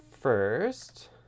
First